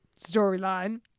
storyline